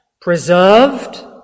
preserved